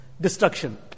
destruction